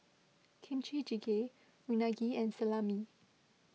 Kimchi Jjigae Unagi and Salami